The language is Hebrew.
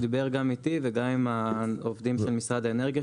הוא דיבר גם איתי וגם עם העובדים של משרד האנרגיה,